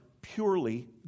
purely